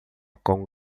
com